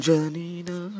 Janina